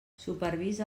supervisa